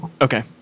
Okay